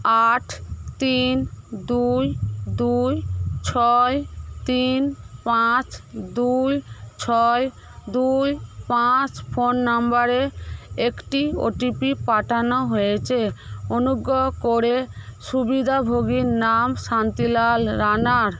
আট তিন দুই দুই ছয় তিন পাঁচ দুই ছয় দুই পাঁচ ফোন নাম্বারে একটি ওটিপি পাঠানো হয়েছে অনুগ্রহ করে সুবিধাভোগীর নাম শান্তিলাল রানার